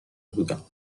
بودم